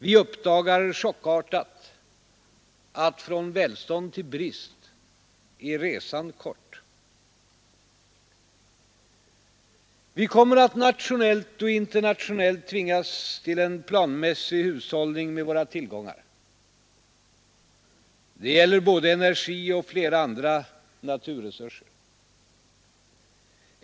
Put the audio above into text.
Vi uppdagar chockartat, att från välstånd till brist är resan kort.” Vi kommer att nationellt och internationellt tvingas till en planmässig hushållning med våra tillgångar. Det gäller både energi och flera andra naturresurser.